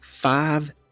five